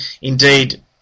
indeed